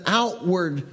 outward